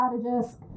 strategist